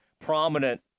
prominent